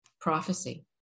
prophecy